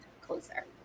closer